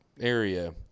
area